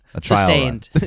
sustained